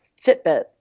Fitbit